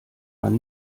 man